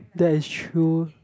that is true